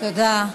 תודה.